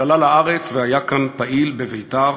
שעלה לארץ והיה כאן פעיל בבית"ר